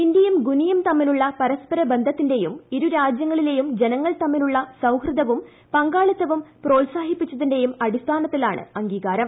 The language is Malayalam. ഇന്ത്യയും ഗുനിയയും തമ്മിലുള്ള പരസ്പര ബന്ധത്തിന്റെയും ഇരുരാജൃങ്ങളിലെയും ജനങ്ങൾ തമ്മിലുള്ള സൌഹൃദവും പങ്കാളിത്തവും പ്രോത്സാഹിപ്പിച്ചതിന്റെയും അടിസ്ഥാന ത്തിലാണ് അംഗീകാരം